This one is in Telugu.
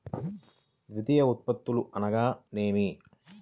ద్వితీయ ఉత్పత్తులు అనగా నేమి?